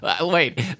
Wait